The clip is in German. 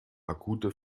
akute